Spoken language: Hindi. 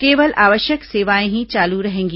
केवल आवश्यक सेवाएं ही चालू रहेंगी